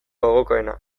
gogokoena